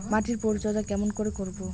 মাটির পরিচর্যা কেমন করে করব?